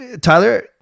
Tyler